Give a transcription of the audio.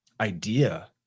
idea